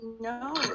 No